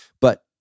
But-